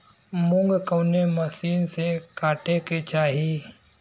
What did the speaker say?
मूंग कवने मसीन से कांटेके चाही?